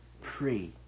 pray